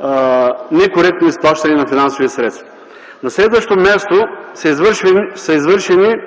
некоректно изплащане на финансови средства. На следващо място, извършени са